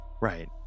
Right